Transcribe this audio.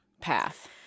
Path